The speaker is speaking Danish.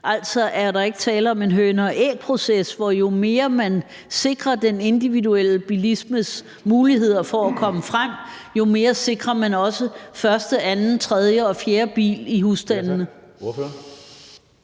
Altså, er der ikke tale om en hønen og ægget-proces, hvor jo mere man sikrermuligheder for at komme frem med individuel bilisme, jo mere sikrer man også første, anden, tredje og fjerde bil i husstandene?